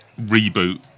reboot